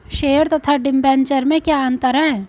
Share तथा debenture में क्या अंतर है?